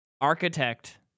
architect